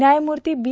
न्यायमूर्ती बी